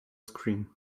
screen